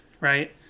right